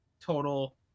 total